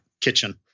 kitchen